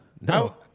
No